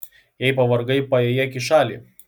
jei pavargai paėjėk į šalį